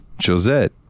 Josette